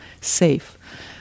safe